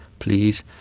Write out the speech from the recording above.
please,